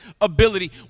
ability